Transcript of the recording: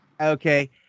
Okay